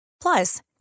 Plus